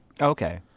okay